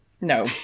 No